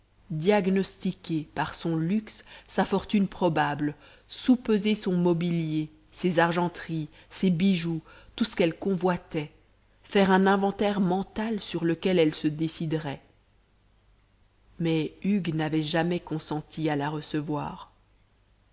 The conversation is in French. diagnostiquer par son luxe sa fortune probable soupeser son mobilier ses argenteries ses bijoux tout ce qu'elle convoitait faire un inventaire mental sur lequel elle se déciderait mais hugues n'avait jamais consenti à la recevoir